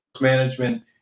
management